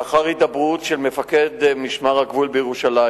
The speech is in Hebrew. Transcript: לאחר הידברות של מפקד משמר הגבול בירושלים